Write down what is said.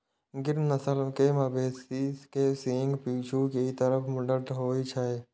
गिर नस्ल के मवेशी के सींग पीछू के तरफ मुड़ल होइ छै